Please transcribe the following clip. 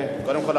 קודם כול,